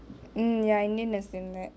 mm ya indian dance லே இருந்த:le iruntha